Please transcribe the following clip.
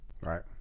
Right